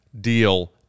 deal